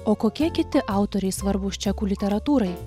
o kokie kiti autoriai svarbūs čekų literatūrai